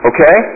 Okay